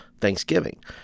Thanksgiving